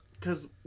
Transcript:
cause